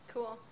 Cool